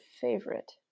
favorite